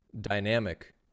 dynamic